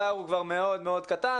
הפער מאוד קטן.